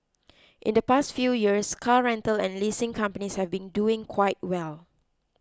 in the past few years car rental and leasing companies have been doing quite well